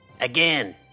Again